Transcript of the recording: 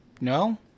No